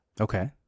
Okay